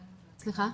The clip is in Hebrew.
כן.